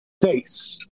face